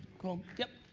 cool, yep,